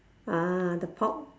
uh the pork